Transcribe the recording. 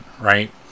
right